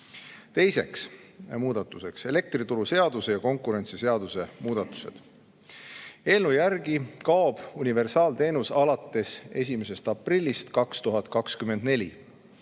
Teiseks, elektrituruseaduse ja konkurentsiseaduse muudatused. Eelnõu järgi kaob universaalteenus alates 1. aprillist 2024.